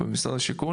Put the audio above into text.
במשרד השיכון,